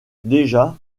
déjà